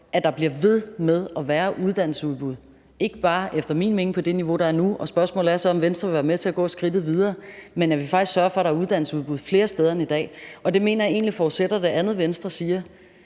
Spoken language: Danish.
at der bliver ved med at være uddannelsesudbud. Det bør efter min mening ikke bare være på det niveau, der er nu. Spørgsmålet er så, om Venstre vil være med til at gå skridtet videre, og at vi faktisk sørger for, at der er uddannelsesudbud flere steder end i dag, og det mener jeg egentlig forudsætter det andet, Venstre siger,